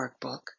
Workbook